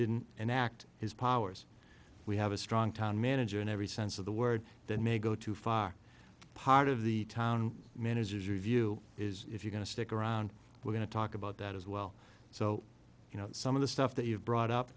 didn't and act his powers we have a strong town manager in every sense of the word that may go too far part of the town manager's review is if you're going to stick around we're going to talk about that as well so you know some of the stuff that you've brought up